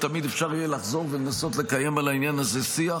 תמיד אפשר יהיה לחזור ולנסות לקיים על העניין הזה שיח.